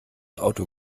auto